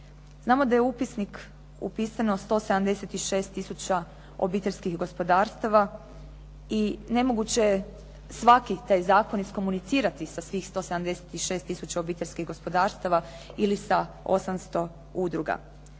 Znamo da je u upisnik upisano 176 tisuća obiteljskih gospodarstava i nemoguće je svaki taj zakon izkomunicirati sa svih 176 tisuća obiteljskih gospodarstava ili sa 800 udruga.